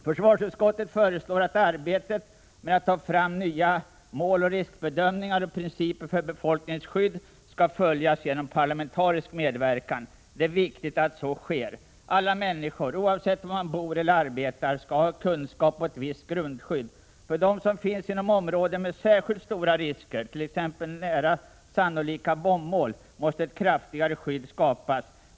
Försvarsutskottet föreslår att arbetet med att ta fram nya mål, riskbedömningar och principer för befolkningens skydd skall följas genom parlamenta risk medverkan. Det är viktigt att så sker. Alla människor, oavsett var de bor eller arbetar, skall ha kunskap och visst grundskydd. För dem som finns inom områden med särskilt stora risker, t.ex. nära sannolika bombmål, måste ett kraftigare skydd skapas.